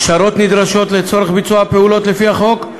הכשרות נדרשות לצורך ביצוע פעולות לפי החוק,